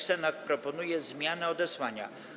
Senat proponuje zmianę odesłania.